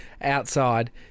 outside